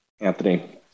Anthony